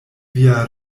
via